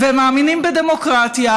הם מאמינים בדמוקרטיה.